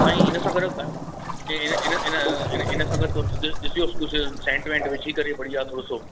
साईं इन सां गॾु इन इन इन इन सां गॾु ॾिसो कुझु टैंट वैंट विझी करे बढ़िया थोरो सो